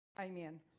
Amen